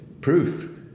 proof